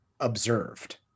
observed